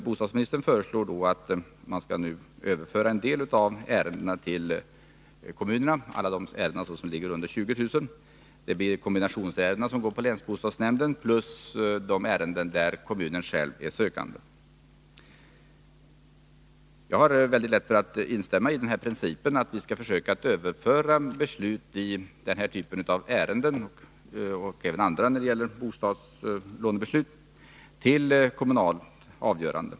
Bostadsministern föreslår att man skall överföra en del av ärendena till kommunerna — alla som gäller belopp under 20 000 kr. Det föreslås bli kombinationsärendena som skall gå till länsbostadsnämnderna plus de ärenden där kommunen själv är sökande. Jag har mycket lätt att instämma i principen att vi skall försöka överföra beslut i den här typen av ärenden — och även andra som gäller bostadslånefrågor — till kommunalt avgörande.